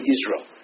Israel